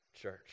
church